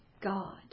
God